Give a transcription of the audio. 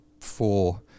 four